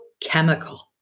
chemical